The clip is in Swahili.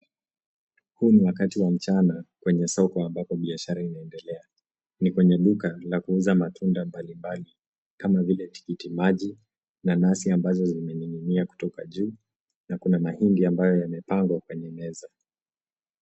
Huu ni wakati wa mchana kwenye soko ambalo biashara inaendelea. Ni kwenye duka la kuuza matunda mbali mbali kama vile tikiti maji, na nasi ambazo zimeninginia kutoka juu na kuna mahindi ambayo yamepangwa kwenye meza.